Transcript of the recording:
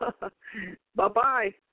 Bye-bye